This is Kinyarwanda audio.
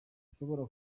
nshobora